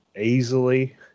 easily